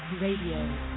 Radio